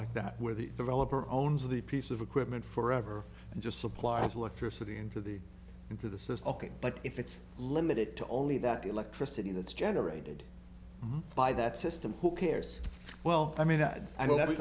like that where the developer owns of the piece of equipment for ever and just supplies electricity into the into the system but if it's limited to only that electricity that's generated by that system who cares well i mean that i don't have